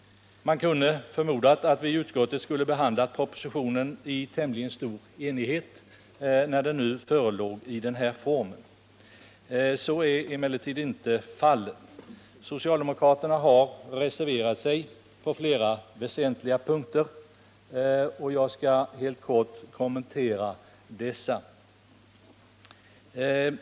Man kunde förmoda att vi i utskottet skulle ha behandlat propositionen i tämligen stor enighet när den nu förelåg i den här formen. Så blev emellertid inte fallet. Socialdemokraterna reserverade sig på flera väsentliga punkter, och jag skall helt kort kommentera dessa.